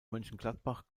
mönchengladbach